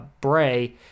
Bray